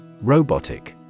Robotic